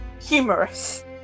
humorous